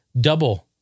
Double